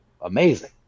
amazing